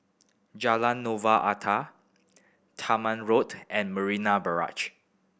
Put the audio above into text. Jalan Novena Utara Tangmere Road and Marina Barrage